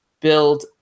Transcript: build